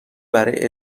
برای